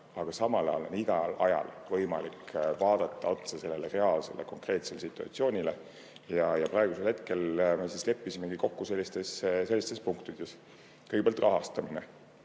aga samal ajal on igal ajal võimalik vaadata otsa sellele reaalsele konkreetsele situatsioonile. Praegusel hetkel me leppisime kokku sellistes punktides. Kõigepealt rahastamine.